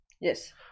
Yes